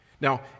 Now